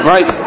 Right